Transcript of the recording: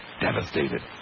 devastated